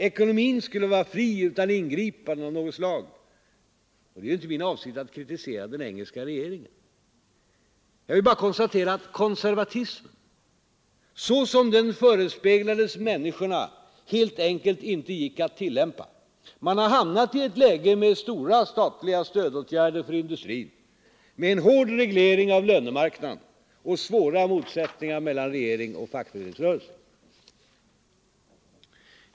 Ekonomin skulle vara fri utan ingripanden av något slag. Det är inte min avsikt att kritisera den engelska regeringen. Jag vill bara konstatera att konservatismen, så som den förespeglades människorna, helt enkelt inte gick att tillämpa. Man har hamnat i ett läge med stora statliga stödåtgärder för industrin, med en hård reglering av lönemarknaden och svåra motsättningar mellan regering och fackföreningsrörelse.